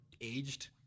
aged